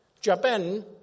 Japan